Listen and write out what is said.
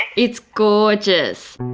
it's gorgeous.